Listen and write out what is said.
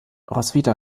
roswitha